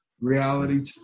reality